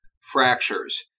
fractures